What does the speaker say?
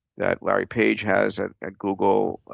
that larry page has at at google,